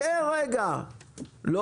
אתה